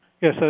Yes